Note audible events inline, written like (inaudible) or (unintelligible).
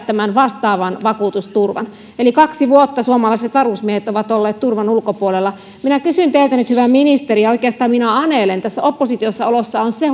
(unintelligible) tämän vastaavan vakuutusturvan eli kaksi vuotta suomalaiset varusmiehet ovat olleet turvan ulkopuolella minä kysyn teiltä nyt hyvä ministeri ja oikeastaan minä anelen tässä oppositiossa olossa on se (unintelligible)